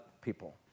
people